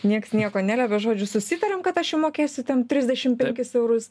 nieks nieko neliepia žodžiu susitariam kad aš jum mokėsiu ten trisdešim penkis eurus